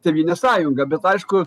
tėvynės sąjunga bet aišku